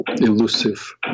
elusive